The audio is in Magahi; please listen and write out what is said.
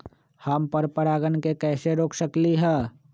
हम पर परागण के कैसे रोक सकली ह?